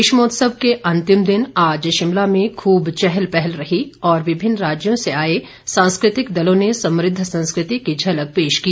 ग्रीष्मोत्सव के अंतिम दिन आज शिमला में खूब चहल पहल रही और विभिन्न राज्यों से आए सांस्कृतिक दलों ने समृद्ध संस्कृति की झलक पेश की